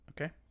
Okay